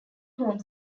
home